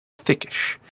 thickish